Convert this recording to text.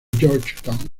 georgetown